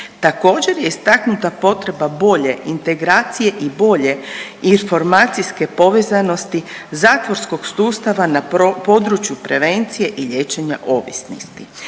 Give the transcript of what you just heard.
Također je istaknuta potreba bolje integracije i bolje informacijske povezanosti zatvorskog sustava na području prevencije i liječenja ovisnosti.